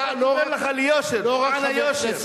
אני רק אומר לך ליושר, למען היושר.